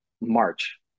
March